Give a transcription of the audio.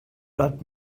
rap